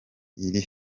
iri